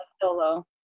solo